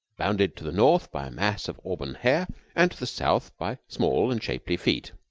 bounded to the north by a mass of auburn hair and to the south by small and shapely feet.